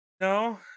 No